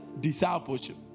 discipleship